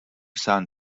son